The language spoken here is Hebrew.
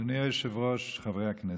אדוני היושב-ראש, חברי הכנסת,